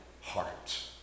heart